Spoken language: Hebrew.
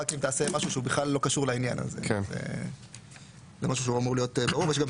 רק אם תעשה משהו שבכלל לא קשור לעניין הזה וזה אמור להיות ברור.